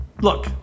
Look